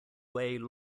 way